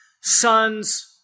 son's